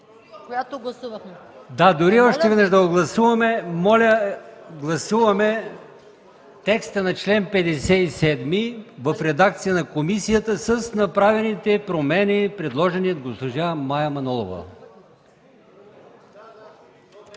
да го гласуваме, моля гласуваме текста на чл. 57 в редакция на комисията с направените промени, предложени от госпожа Мая Манолова.